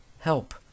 Help